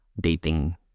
dating